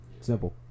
Simple